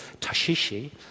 Tashishi